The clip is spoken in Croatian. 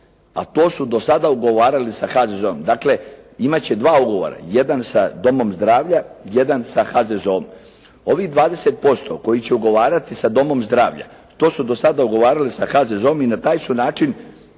a to su do sada ugovarali sa HZZO, dakle, imati će dva ugovora, jedan sa domom zdravlja jedan sa HZZO. Ovih 20% koje će ugovarati sa domom zdravlja, to su do sada ugovarali sa HZZO i na taj su način